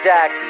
Jack